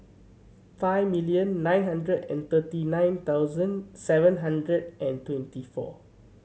five million nine hundred and thirty nine thousand seven hundred and twenty four